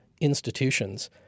institutions